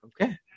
Okay